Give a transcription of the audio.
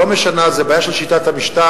זה לא משנה, זו בעיה של שיטת המשטר.